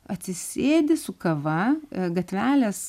atsisėdi su kava gatvelės